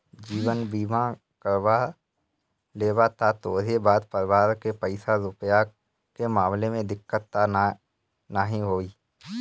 जीवन बीमा करवा लेबअ त तोहरी बाद परिवार के पईसा रूपया के मामला में दिक्कत तअ नाइ होई